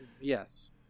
yes